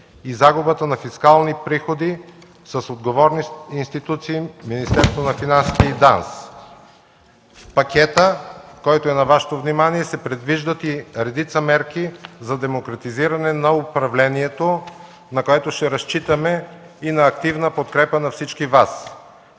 и загубата на фискални приходи с отговорни институции, Министерството на финансите и ДАНС. В пакета, който е на Вашето внимание, се предвиждат и редица мерки за демократизиране на управлението, за което ще разчитаме на активна подкрепа от всички Вас.